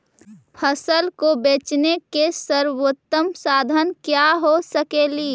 फसल के बेचने के सरबोतम साधन क्या हो सकेली?